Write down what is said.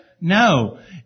No